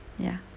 ya